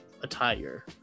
attire